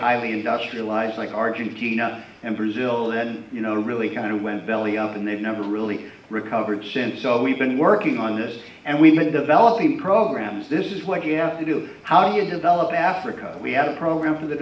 highly industrialized like argentina and brazil then you know really kind of went belly up and they've never really recovered since so we've been working on this and we've been developing programs this is what you have to do how do you develop africa we have a program for the